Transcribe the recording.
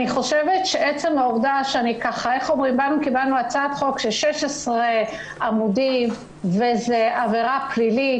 העובדה שקיבלנו הצעת חוק של 16 עמודים וזו עבירה פלילית.